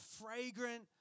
fragrant